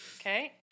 Okay